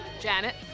Janet